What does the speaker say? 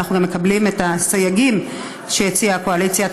ואנחנו גם מקבלים את הסייגים שהציעה הקואליציה.